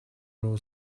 roll